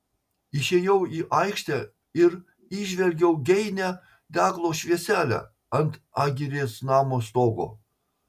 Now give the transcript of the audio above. išėjau į aikštę ir įžvelgiau geinią deglo švieselę ant agirės namo stogo